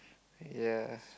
yes